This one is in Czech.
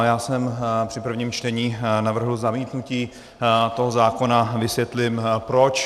Já jsem při prvním čtení navrhl zamítnutí zákona, vysvětlím proč.